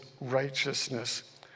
righteousness